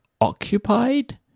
occupied